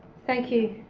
thank you,